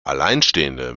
alleinstehende